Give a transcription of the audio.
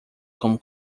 como